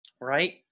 Right